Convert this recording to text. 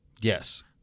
Yes